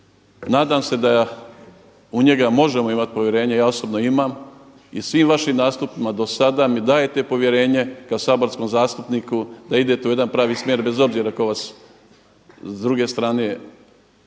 nadam se u njega možemo imati povjerenja. Ja osobno imam i u svim vašim nastupima do sada mi dajete povjerenje kao saborskom zastupniku da idete u jedan pravi smjer bez obzira tko vas s druge strane